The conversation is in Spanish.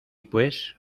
pues